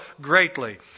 greatly